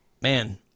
man